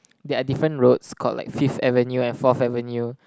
there are different roads called like Fifth Avenue and Fourth Avenue